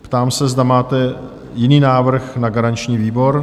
Ptám se, zda máte jiný návrh na garanční výbor?